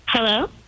Hello